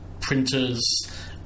printers